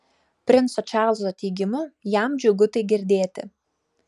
princo čarlzo teigimu jam džiugu tai girdėti